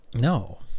No